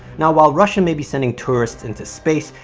now, while russia may be sending tourists into space,